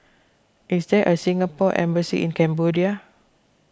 is there a Singapore Embassy in Cambodia